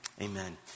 amen